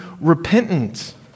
repentance